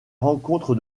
rencontre